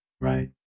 Right